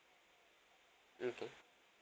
okay